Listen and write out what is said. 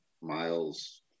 miles